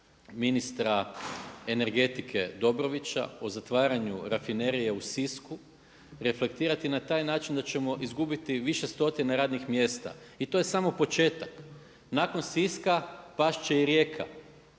ministra energetike Dobrovića o zatvaranju Rafinerije u Sisku reflektirati na taj način da ćemo izgubiti više stotina radnih mjesta i to je samo početak. Nakon Siska past će i Rijeka,